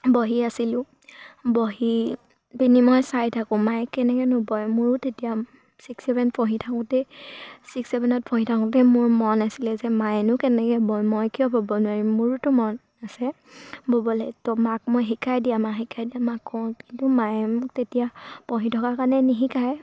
বহি আছিলোঁ বহি পিনি মই চাই থাকোঁ মায়ে কেনেকৈনো বয় মোৰো তেতিয়া ছিক্স ছেভেন পঢ়ি থাকোঁতে ছিক্স ছেভেনত পঢ়ি থাকোঁতে মোৰ মন আছিলে যে মায়েনো কেনেকৈ বয় মই কিয় ব'ব নোৱাৰিম মোৰোতো মন আছে ব'বলে ত' মাক মই শিকাই দিয়া মা শিকাই দিয়া মা কওঁ কিন্তু মায়ে মোক তেতিয়া পঢ়ি থকাৰ কাৰণে নিশিকায়